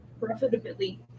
profitably